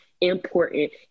important